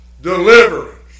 Deliverance